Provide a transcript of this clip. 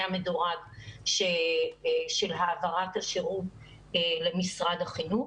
המדורג של העברת השירות למשרד החינוך.